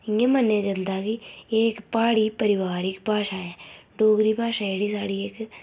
एह् मन्नेआ जंदा ऐ कि एह् इक्क प्हाड़ी परिवारिक भाशा ऐ डोगरी भाशा जेह्ड़ी साढ़ी इक